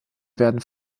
werden